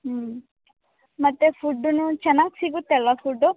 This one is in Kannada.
ಹ್ಞೂ ಮತ್ತು ಫುಡ್ಡೂ ಚೆನ್ನಾಗಿ ಸಿಗುತ್ತಲ್ಲವಾ ಫುಡ್ಡು